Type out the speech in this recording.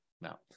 now